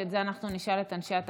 שאת זה אנחנו נשאל את אנשי התקציבים.